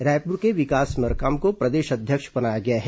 रायपुर के विकास मरकाम को प्रदेश अध्यक्ष बनाया गया है